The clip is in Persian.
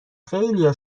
خیلیا